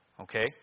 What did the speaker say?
Okay